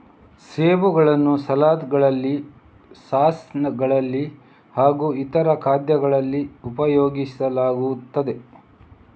ಸೇಬುಗಳನ್ನು ಸಲಾಡ್ ಗಳಲ್ಲಿ ಸಾಸ್ ಗಳಲ್ಲಿ ಹಾಗೂ ಇತರ ಖಾದ್ಯಗಳಲ್ಲಿ ಉಪಯೋಗಿಸಲಾಗುತ್ತದೆ